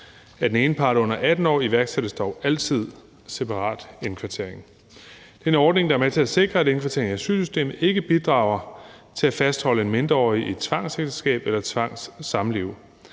Er den ene part under 18 år, iværksættes dog altid separat indkvartering. Det er en ordning, der er med til at sikre, at indkvartering i asylsystemet ikke bidrager til at fastholde en mindreårig i et tvangsægteskab eller et tvangssamliv.